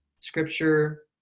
Scripture